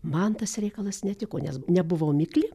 man tas reikalas netiko nes nebuvau mikli